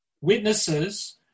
witnesses